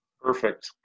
Perfect